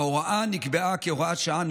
ההוראה נקבעה כהוראת שעה,